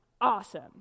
awesome